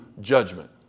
judgment